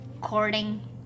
courting